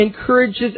encourages